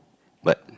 but